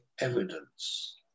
Evidence